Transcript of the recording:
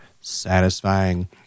satisfying